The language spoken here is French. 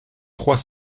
trois